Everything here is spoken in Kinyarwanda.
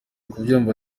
kubyumva